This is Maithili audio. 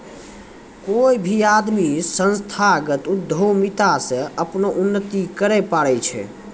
कोय भी आदमी संस्थागत उद्यमिता से अपनो उन्नति करैय पारै छै